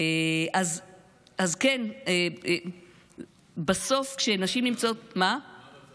אז כן, בסוף, כשנשים נמצאות, מה המצב היום?